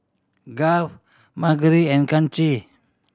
Garth Margery and Chancey